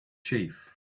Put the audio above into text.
chief